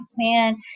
plan